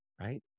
right